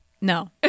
No